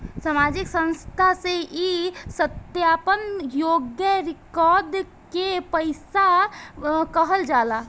सामाजिक संस्था से ई सत्यापन योग्य रिकॉर्ड के पैसा कहल जाला